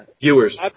viewers